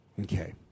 Okay